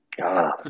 God